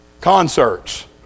Concerts